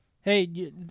hey